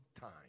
time